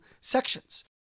sections